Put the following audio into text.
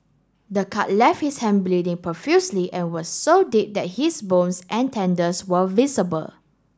the cut left his hand bleeding profusely and was so deep that his bones and tendons were visible